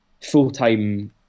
Full-time